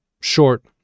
Short